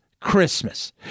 Christmas